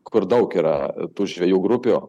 kur daug yra tų žvejų grupių